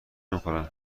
نمیخورن